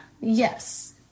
Yes